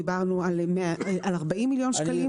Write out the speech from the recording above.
דיברנו על 40 מיליון פה.